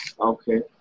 Okay